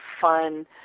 fun